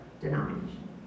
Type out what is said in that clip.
denomination